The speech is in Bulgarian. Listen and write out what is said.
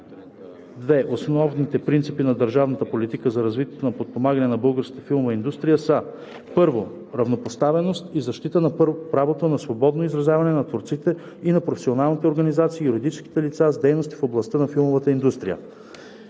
(2) Основните принципи на държавната политика за развитието и подпомагането на българската филмова индустрия са: 1. равнопоставеност и защита на правото на свободно изразяване на творците и на професионалните организации и юридическите лица с дейност в областта на филмовата индустрия;